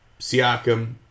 Siakam